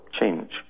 change